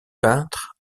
peintre